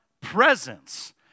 presence